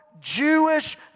Jewish